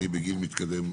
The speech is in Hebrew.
אני בגיל מתקדם,